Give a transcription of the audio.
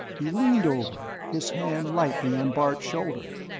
he leaned over, his hand lightly on bart's shoulder.